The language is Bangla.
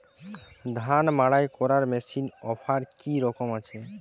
ধান মাড়াই করার মেশিনের অফার কী রকম আছে?